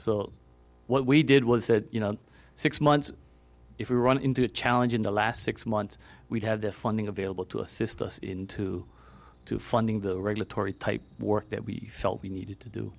so what we did was that you know six months if we run into a challenge in the last six months we've had the funding available to assist us into two funding the regulatory type work that we felt we needed to do